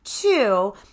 Two